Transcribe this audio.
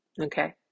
okay